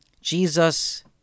Jesus